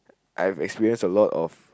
I've experienced a lot of